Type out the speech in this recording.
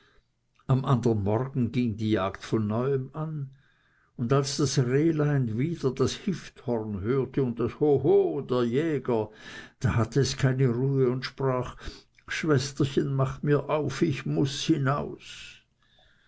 am andern morgen ging die jagd von neuem an und als das rehlein wieder das hifthorn hörte und das ho ho der jäger da hatte es keine ruhe und sprach schwesterchen mach mir auf ich muß hinaus